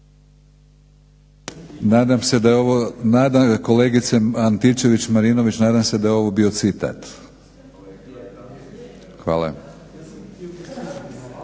Nadam se da je ovo kolegice Antičević-Marinović, nadam se da je ovo bio citat. Hvala.